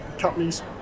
companies